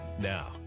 Now